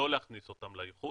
מומלץ לא להכניס אותן לאיחוד.